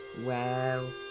Wow